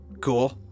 cool